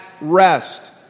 rest